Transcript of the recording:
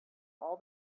all